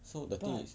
but